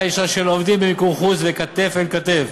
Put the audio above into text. ישירה של העובדים במיקור חוץ ועובדים כתף אל כתף,